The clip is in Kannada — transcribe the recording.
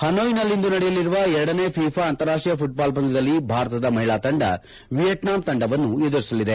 ಹನೋಯ್ನಲ್ಲಿಂದು ನಡೆಯಲಿರುವ ಎರಡನೆಯ ಫೀಫಾ ಅಂತಾರಾಷ್ಟೀಯ ಫುಟ್ಬಾಲ್ ಪಂದ್ಯದಲ್ಲಿ ಭಾರತದ ಮಹಿಳಾ ತಂಡ ವಿಯೆಟ್ನಾಂ ತಂಡವನ್ನು ಎದುರಿಸಲಿದೆ